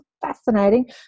Fascinating